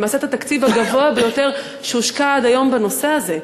למעשה את התקציב הגבוה ביותר שהושקע עד היום בנושא הזה,